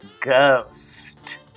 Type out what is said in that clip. Ghost